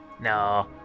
No